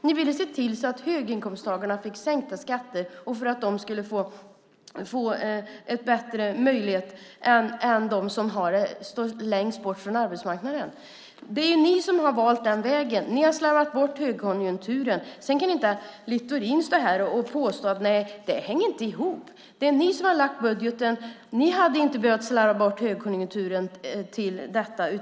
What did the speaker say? Ni såg till att höginkomsttagarna fick sänkta skatter och bättre möjligheter än de som står längst bort från arbetsmarknaden. Det är ni som har valt den vägen. Ni har slarvat bort högkonjunkturen. Sedan kan Littorin inte stå i kammaren och påstå att det inte hänger ihop. Ni har lagt budgeten. Ni hade inte behövt slarva bort högkonjunkturen här hemma.